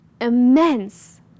immense